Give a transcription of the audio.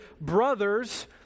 brothers